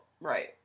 Right